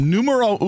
Numero